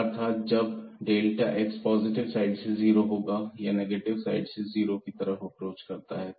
अर्थात जब delta x positive side से जीरो हो या नेगेटिव साइड से जीरो की तरफ अप्रोच करता है